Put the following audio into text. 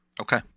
Okay